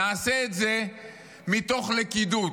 נעשה את זה מתוך לכידות.